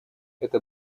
это